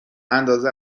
اندازه